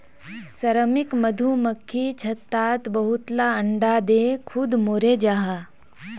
श्रमिक मधुमक्खी छत्तात बहुत ला अंडा दें खुद मोरे जहा